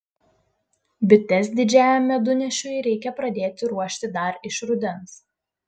bites didžiajam medunešiui reikia pradėti ruošti dar iš rudens